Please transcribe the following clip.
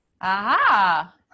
Aha